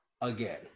again